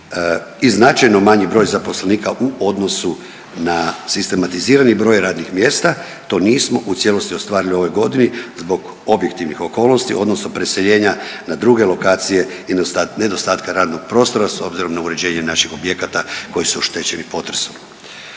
i značajno manji broj zaposlenika u odnosu na sistematizirani broj radnih mjesta, to nismo u cijelosti ostvarili u ovoj godini zbog objektivnih okolnosti odnosno preseljenja na druge lokacije i nedostatka radnog prostora s obzirom na uređenje naših objekata koji su oštećeni potresom.